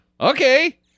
Okay